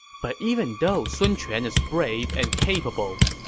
but even though sun quan is brave and capable,